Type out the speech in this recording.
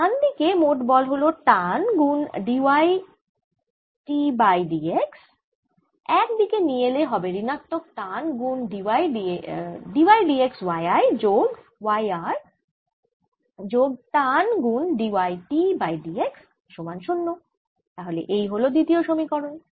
ডান দিকে মোট বল হল টান গুন d y t by d x এক দিকে নিয়ে এলে হবে ঋণাত্মক টান গুন d by d x y I যোগ y r যোগ টান গুন d y t by d x সমান 0 এই হল দ্বিতীয় সমীকরণ